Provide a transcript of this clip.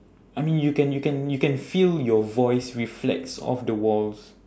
I mean you can you can you can feel your voice reflects off the walls